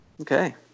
Okay